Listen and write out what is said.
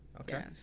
Okay